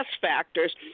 factors